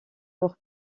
pour